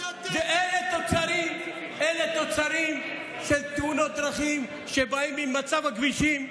אלה תוצרים של תאונות דרכים שבאים ממצב הכבישים,